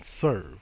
serve